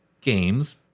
games